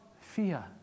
fear